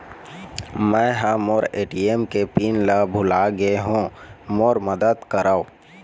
मै ह मोर ए.टी.एम के पिन ला भुला गे हों मोर मदद करौ